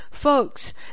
folks